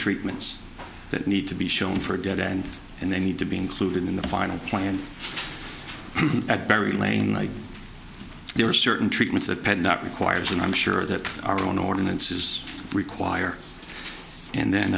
treatments that need to be shown for a dead end and they need to be included in the final plan at very lamely there are certain treatments that pet not requires and i'm sure that our own ordinances require and then